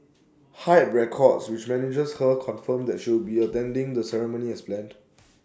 hype records which manages her confirmed that she would be attending the ceremony as planned